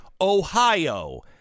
Ohio